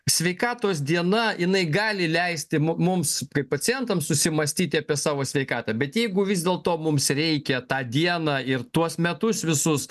sveikatos diena jinai gali leisti mums kaip pacientam susimąstyti apie savo sveikatą bet jeigu vis dėlto mums reikia tą dieną ir tuos metus visus